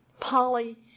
Polly